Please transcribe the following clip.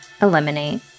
eliminate